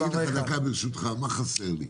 ברשותך, מה חסר לי.